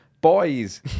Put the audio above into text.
Boys